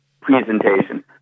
presentation